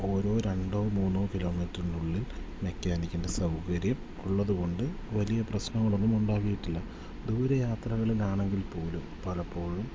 ഓരോ രണ്ടോ മൂന്നോ കിലോമീറ്ററിനുള്ളിൽ മെക്കാനിക്കിൻ്റെ സൗകര്യം ഉള്ളതു കൊണ്ട് വലിയ പ്രശ്നങ്ങളൊന്നും ഉണ്ടാക്കിയിട്ടില്ല ദൂര യാത്രകളിലാണെങ്കിൽ പോലും പലപ്പോഴും